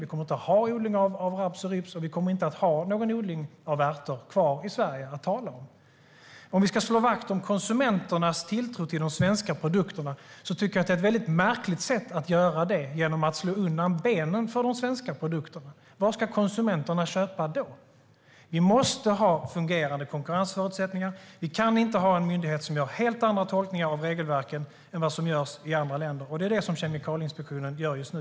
Vi kommer inte att ha odling av raps och rybs, och vi kommer inte att ha någon odling av ärtor att tala om i Sverige. Jag tycker att det är ett märkligt sätt att slå vakt om konsumenternas tilltro till de svenska produkterna att göra det genom att slå undan benen för de svenska produkterna. Vad ska konsumenterna köpa då? Vi måste ha fungerande konkurrensförutsättningar. Vi kan inte ha en myndighet som gör helt andra tolkningar av regelverken än vad som görs i andra länder, och det är det Kemikalieinspektionen gör just nu.